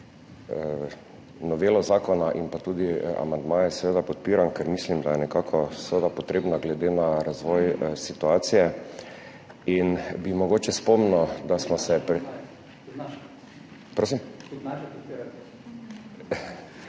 Novelo zakona in pa tudi amandmaje seveda podpiram, ker mislim, da je nekako seveda potrebna glede na razvoj situacije in bi mogoče spomnil …/ oglašanje